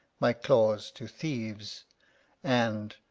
my claws to thieves and,